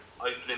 opening